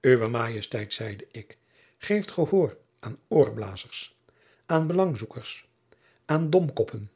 uwe majesteit zeide ik geeft gehoor aan oorblazers aan belangzoekers aan domkoppen